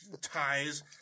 ties